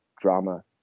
drama